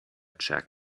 check